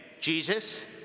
Jesus